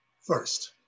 first